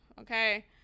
Okay